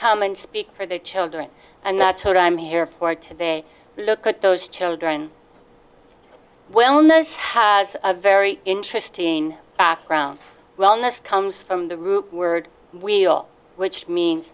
come and speak for the children and that's what i'm here for today look at those children well knows has a very interesting background wellness comes from the root word wheel which means